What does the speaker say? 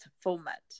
format